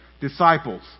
disciples